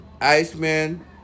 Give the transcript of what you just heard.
Iceman